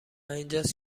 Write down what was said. اینجاست